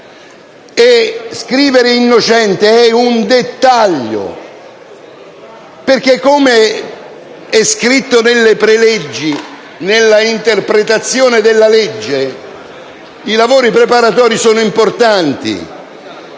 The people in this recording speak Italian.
e scrivere «innocente» è un dettaglio, perché, come è scritto nelle preleggi, nella interpretazione della legge i lavori preparatori sono importanti,